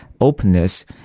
openness